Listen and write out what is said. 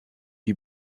die